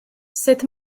sut